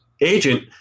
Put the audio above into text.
agent